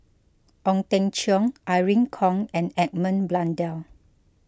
Ong Teng Cheong Irene Khong and Edmund Blundell